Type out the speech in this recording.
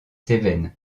cévennes